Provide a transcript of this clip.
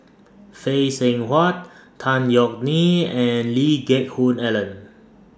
Phay Seng Whatt Tan Yeok Nee and Lee Geck Hoon Ellen